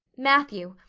matthew,